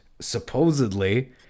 supposedly